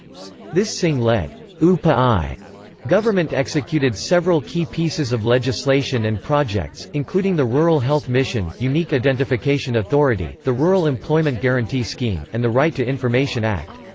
this singh-led upa i government executed several key pieces of legislation and projects, including the rural health mission, unique identification authority, the rural employment guarantee scheme, and the right to information act.